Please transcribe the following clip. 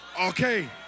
Okay